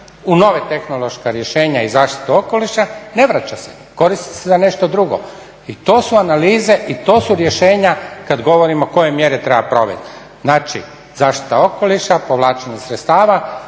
u nova tehnološka rješenja i zaštitu okoliša ne vraća se, koristi se za nešto drugo. I to su analize i to su rješenja kad govorimo koje mjere treba provesti. Znači, zaštita okoliša, povlačenje sredstava,